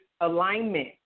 alignment